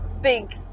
big